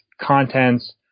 contents